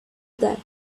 that